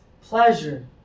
pleasure